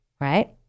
right